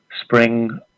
spring